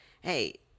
hey